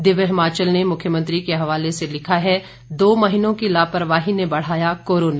दिव्य हिमाचल ने मुख्यमंत्री के हवाले से लिखा है दो महीनों की लापरवाही ने बढ़ाया कोरोना